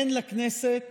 הן לכנסת